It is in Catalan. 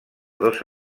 dos